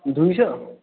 ଦୁଇଶହ